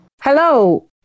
Hello